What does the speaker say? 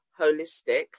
holistic